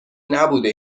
نبوده